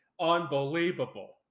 unbelievable